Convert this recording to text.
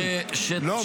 לא,